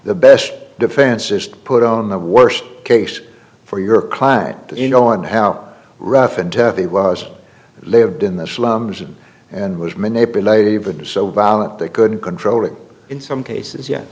the best defense is to put on the worst case for your client in on how rough and tough it was lived in the slums and was manipulative and so violent they couldn't control it in some cases yet